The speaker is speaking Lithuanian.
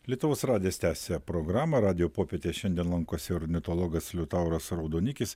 lietuvos radijas tęsia programą radijo popietėj šiandien lankosi ornitologas liutauras raudonikis